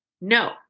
no